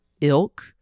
ilk